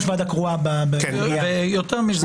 יותר מזה,